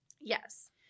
Yes